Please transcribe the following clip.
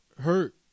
hurt